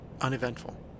uneventful